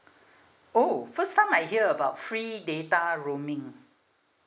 oh first time I hear about free data roaming